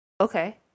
Okay